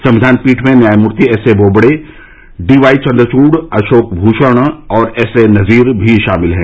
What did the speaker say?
संक्षिान पीठ में न्यायमूर्ति S A Bobde D Y Chandrachud Ashok Bhushan और एस ए नजीर भी शामिल है